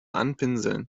anpinseln